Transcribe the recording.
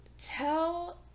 tell